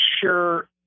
sure